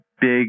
big